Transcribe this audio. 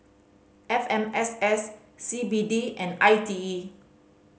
F M S S C B D and I T E